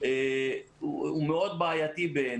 הוא מאוד בעייתי.